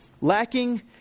Lacking